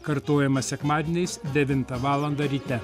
kartojama sekmadieniais devintą valandą ryte